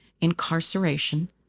incarceration